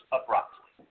abruptly